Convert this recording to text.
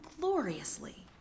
gloriously